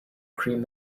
cream